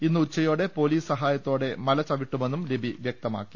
ഇന്ന് ഉച്ചയോടെ പൊലിസ് സഹായത്തോടെ മല ചവിട്ടുമെന്നും ലിബി വൃക്തമാക്കി